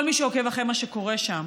כל מי שעוקב אחרי מה שקורה שם